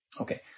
Okay